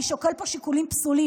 אני שוקל שיקולים פסולים,